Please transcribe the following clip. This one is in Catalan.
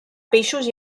peixos